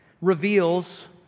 reveals